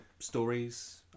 Stories